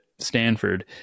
Stanford